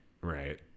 Right